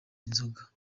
inzoga